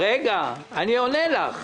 רגע, אני עונה לך.